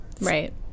Right